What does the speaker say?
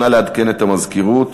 נא לעדכן את המזכירות.